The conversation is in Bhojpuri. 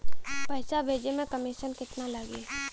पैसा भेजे में कमिशन केतना लागि?